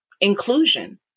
inclusion